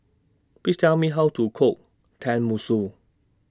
Please Tell Me How to Cook Tenmusu